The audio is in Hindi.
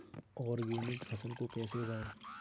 ऑर्गेनिक फसल को कैसे उगाएँ?